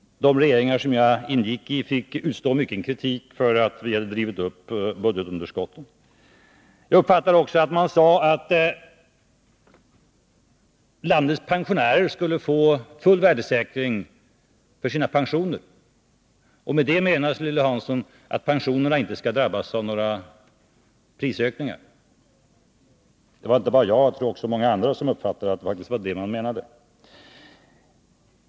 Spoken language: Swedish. De regeringar som jag ingick i fick utstå mycken kritik för att vi hade drivit upp budgetunderskotten. Jag uppfattade också att man sade att landets pensionärer skulle få full värdesäkring för sina pensioner. Med det menas, Lilly Hansson, att pensionerna icke skall drabbas av några prisökningar. Det var inte bara jag utan också många andra som uppfattade att det var detta som man menade.